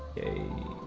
a